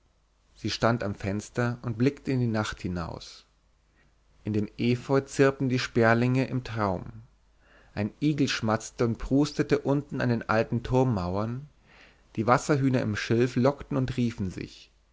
sie stand am fenster und blickte in die nacht hinaus in dem efeu zirpten die sperlinge im traum ein igel schmatzte und prustete unten an den alten turmmauern die wasserhühner im schilf lockten und riefen sich